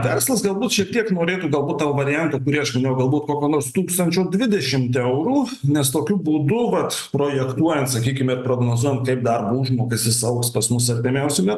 verslas galbūt šiek tiek norėtų galbūt to varianto kurį aš minėjau gal būt kokio nors tūkstančio dvidešimt eurų nes tokiu būdu vat projektuojant sakykime prognozuojant kaip darbo užmokestis augs pas mus artimiausiu metu